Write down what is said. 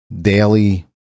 daily